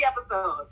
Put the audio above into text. episode